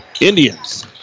Indians